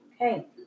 Okay